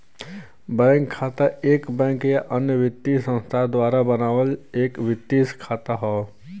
bank खाता एक bank या अन्य वित्तीय संस्थान द्वारा बनावल एक वित्तीय खाता हौ